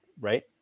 right